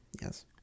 Yes